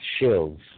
shills